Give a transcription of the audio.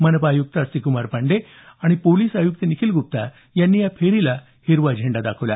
मनपा आयुक्त अस्तिक कुमार पांडे आणि पोलीस आयुक्त निखील गुप्ता यांनी या फेरीला हिरवा झेंडा दाखवला